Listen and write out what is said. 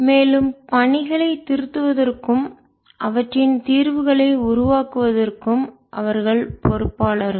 மேலும் பணிகளை திருத்துவதற்கும் அவற்றின் தீர்வுகளை உருவாக்குவதற்கும் அவர்கள் பொறுப்பாளர்கள்